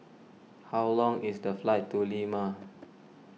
how long is the flight to Lima